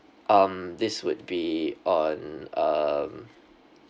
um this would be on um